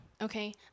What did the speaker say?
okay